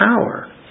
power